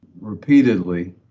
repeatedly